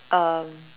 um